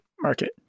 market